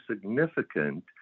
significant